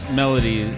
melody